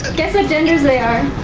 guess what genders they are.